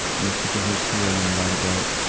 mexican history. i know a lot about,